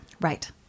Right